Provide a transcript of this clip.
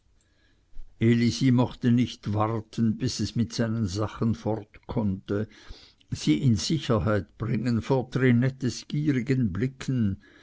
elisi mochte nicht warten bis es mit seinen sachen fort konnte sie in sicherheit bringen vor trinettes gierigen blicken